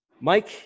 Mike